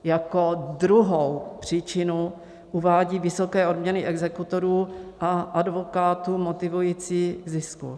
Jako druhou příčinu uvádí vysoké odměny exekutorů a advokátů motivující k zisku.